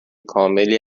کاملی